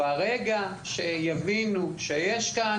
אני משוכנע שברגע שיבינו שיש כאן